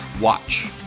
Watch